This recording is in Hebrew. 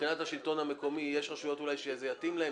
מבחינת השלטון המקומי יש רשויות שזה אולי יטיב להם,